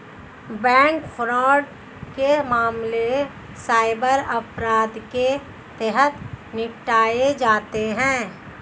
bank fraud के मामले cyber अपराध के तहत निपटाए जाते हैं